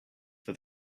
for